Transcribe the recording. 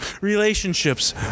Relationships